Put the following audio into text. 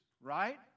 right